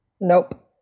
Nope